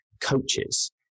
coaches